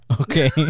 Okay